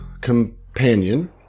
companion